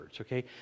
okay